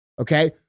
Okay